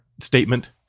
statement